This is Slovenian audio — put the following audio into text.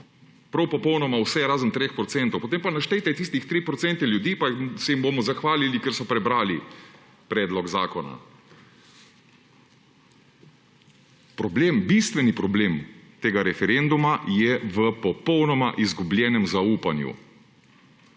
Prav popolnoma vse, razen 3 %. Potem pa naštejte tistih 3 % ljudi, pa se jim bomo zahvalili, ker so prebrali predlog zakona. Problem, bistveni problem tega referenduma je v popolnoma izgubljenem zaupanju.